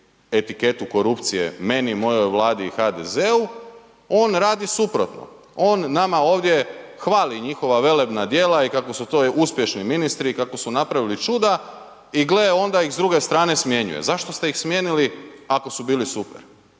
etiketu korupcije, meni, mojoj Vladi i HDZ-u on radi suprotno. On nama ovdje hvali njihova velebna djela i kako su to uspješni ministri i kako su napravili čuda i gle onda ih s druge strane smjenjuje. A zašto ste ih smijenili ako su bili super?